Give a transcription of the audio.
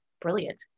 brilliant